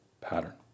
pattern